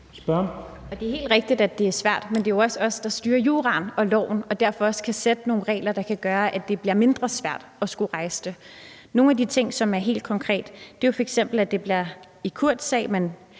Det er helt rigtigt, at det er svært, men det er jo også os, der styrer juraen og loven og derfor også kan sætte nogle regler, der kan gøre, at det bliver mindre svært at skulle rejse det. En af de ting, som er helt konkret, f.eks. i Kurts sag, men